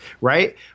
Right